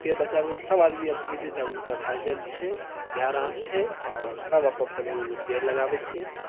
पेड़ बचाबैके तऽ सब आदमी आब धीरे धीरे जागरूक तऽ भए जाएल छै भए रहल छै आओर सब अपन अपन एगो एगो पेड़ लगाबैत छै